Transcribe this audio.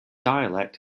dialect